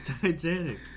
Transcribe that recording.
Titanic